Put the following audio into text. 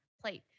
plate